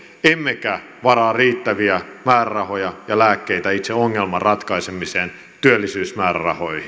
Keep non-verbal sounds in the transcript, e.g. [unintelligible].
emmekä varaa riittäviä määrärahoja ja lääkkeitä itse ongelman ratkaisemiseen työllisyysmäärärahoihin [unintelligible]